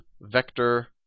vector